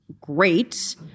Great